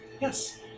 Yes